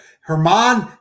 Herman